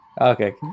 okay